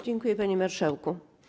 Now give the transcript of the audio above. Dziękuję, panie marszałku.